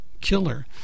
killer